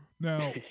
Now